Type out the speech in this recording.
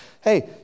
Hey